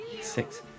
six